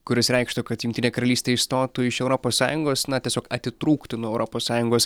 kuris reikštų kad jungtinė karalystė išstotų iš europos sąjungos na tiesiog atitrūktų nuo europos sąjungos